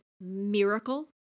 miracle